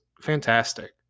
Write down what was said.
fantastic